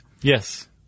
Yes